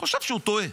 חושב שהוא טועה.